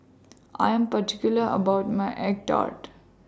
I Am particular about My Egg Tart